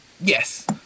Yes